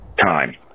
time